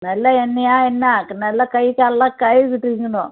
நல்ல எண்ணெயாக என்ன நல்ல கை கால் எல்லாம் கழுவிட்டு இருக்கணும்